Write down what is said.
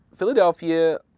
Philadelphia